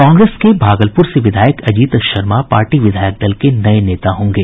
कांग्रेस के भागलपुर से विधायक अजीत शर्मा पार्टी विधायक दल के नये नेता होंगे